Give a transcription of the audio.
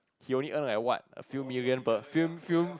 he only earn like what a few million per film film